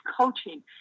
coaching